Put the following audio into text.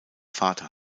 vater